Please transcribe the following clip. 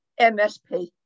MSP